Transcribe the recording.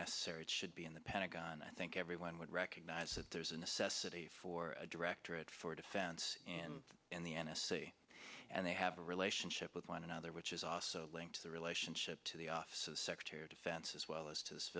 necessary should be in the pentagon i think everyone would recognize that there is a necessity for a directorate for defense and in the n s c and they have a relationship with one another which is also linked to the relationship to the office of secretary of defense as well as to the